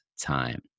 time